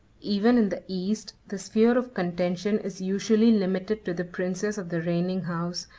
even in the east, the sphere of contention is usually limited to the princes of the reigning house,